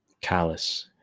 callous